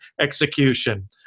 execution